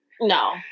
No